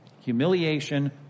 humiliation